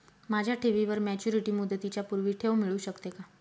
माझ्या ठेवीवर मॅच्युरिटी मुदतीच्या पूर्वी ठेव मिळू शकते का?